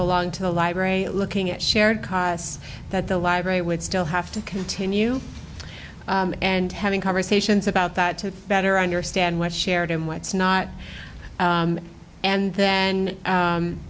belong to the library looking at shared costs that the library would still have to continue and having conversations about that to better understand what shared and what's not and then